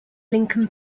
lincoln